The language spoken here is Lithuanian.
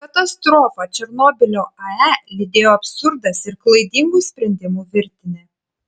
katastrofą černobylio ae lydėjo absurdas ir klaidingų sprendimų virtinė